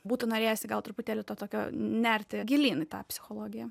būtų norėjęsi gal truputėlį to tokio nerti gilyn į tą psichologiją